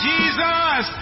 Jesus